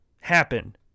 happen